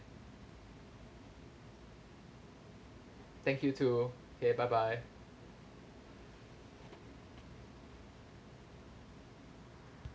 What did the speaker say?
thank you too okay bye bye